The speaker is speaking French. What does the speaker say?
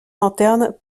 lanterne